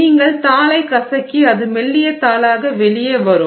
நீங்கள் தாளைக் கசக்கி அது மெல்லிய தாளாக வெளியே வரும்